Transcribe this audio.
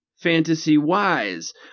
Fantasy-wise